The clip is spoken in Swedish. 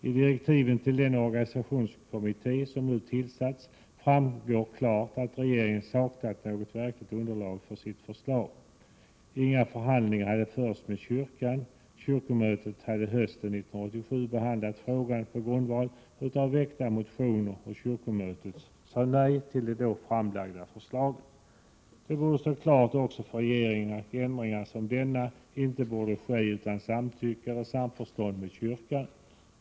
I direktiven till den organisationskommitté som nu har tillsatts framgår klart att regeringen har saknat ett verkligt underlag för sitt förslag. Inga förhandlingar hade förts med kyrkan. Kyrkomötet hade hösten 1987 behandlat frågan på grundval av väckta motioner och sade nej till det då framlagda förslaget. Det borde stå klart också för regeringen att ändringar som denna inte skall ske utan samtycke eller samförstånd med kyrkan.